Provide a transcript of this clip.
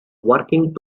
working